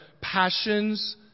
passions